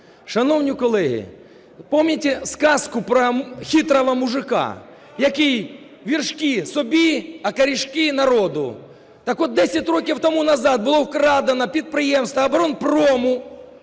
Шановні колеги, помните сказку про хитрого мужика, який вершки – собі, і корешки – народу. Так от, десять років тому назад було вкрадено підприємство оборонпрому,